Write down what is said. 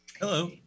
Hello